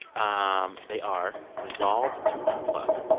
um they are, resolve to unplug